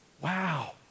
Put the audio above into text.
Wow